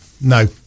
no